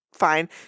fine